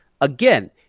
Again